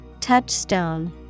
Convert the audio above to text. Touchstone